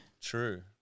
True